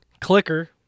clicker